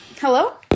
Hello